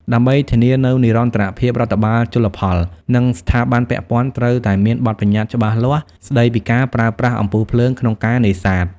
ដើម្បីធានានូវនិរន្តរភាពរដ្ឋបាលជលផល និងស្ថាប័នពាក់ព័ន្ធត្រូវតែមាន បទប្បញ្ញត្តិច្បាស់លាស់ ស្តីពីការប្រើប្រាស់អំពូលភ្លើងក្នុងការនេសាទ។